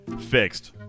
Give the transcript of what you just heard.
fixed